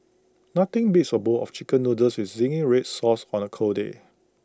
nothing beats A bowl of Chicken Noodles with Zingy Red Sauce on A cold day